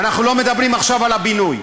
ואנחנו לא מדברים עכשיו על הבינוי.